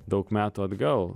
daug metų atgal